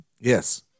Yes